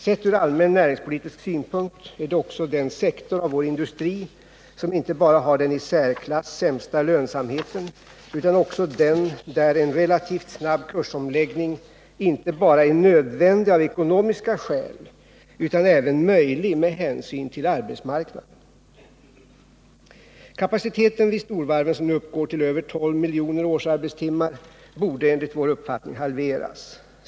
Sett från allmän näringspolitisk synpunkt är det också den sektor av vår industri som inte bara har den i särklass sämsta lönsamheten utan också den där en relativt snabb kursomläggning inte bara är nödvändig av ekonomiska skäl utan även möjlig med hänsyn till arbetsmarknaden. Kapaciteten vid storvarven, som nu uppgår till över 12 miljoner årsarbetstimmar, borde enligt vår uppfattning halveras.